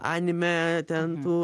anime ten tų